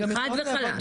זה חד וחלק.